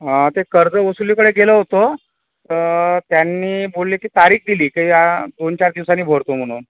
हा ते कर्ज वसुलीकडे गेलो होतो त्यांनी बोलले की तारीख दिली ते ह्या दोन चार दिवसानी भरतो म्हणून